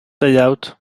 deuawd